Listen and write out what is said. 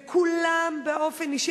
וכולם באופן אישי,